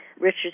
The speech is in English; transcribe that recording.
Richard